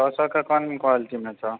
छओ सए के क़ोन कवलिटीमे छै